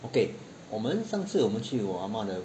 okay 我们上次我们去我 ah ma 的